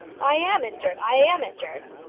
i am injured i am injured!